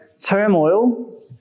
turmoil